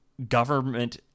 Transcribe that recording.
Government